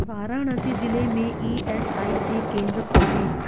वाराणसी ज़िले में E S I C केंद्र खोजें